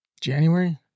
January